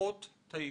הנחות טייקון".